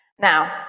Now